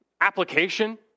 application